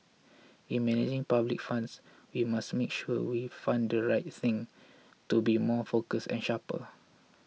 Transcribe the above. in managing public funds we must make sure we fund the right things to be more focused and sharper